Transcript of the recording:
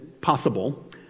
possible